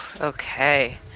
okay